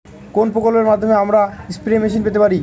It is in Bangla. কোন প্রকল্পের মাধ্যমে আমরা স্প্রে মেশিন পেতে পারি?